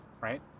right